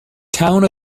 town